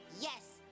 Yes